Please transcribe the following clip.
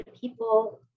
people